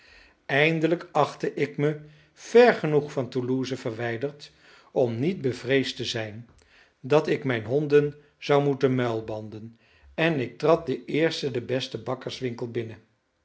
eindelijk achtte ik me ver genoeg van toulouse verwijderd om niet bevreesd te zijn dat ik mijn honden zou moeten muilbanden en ik trad den eersten den besten bakkerswinkel binnen